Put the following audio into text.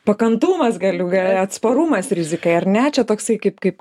pakantumas galių gale atsparumas rizikai ar ne čia toksai kaip kaip